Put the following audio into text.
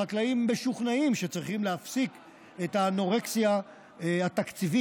החקלאים משוכנעים שצריכים להפסיק את האנורקסיה התקציבית